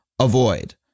avoid